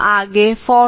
ആകെ 40